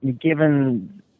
given